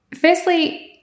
firstly